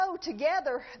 together